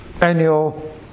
annual